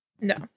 No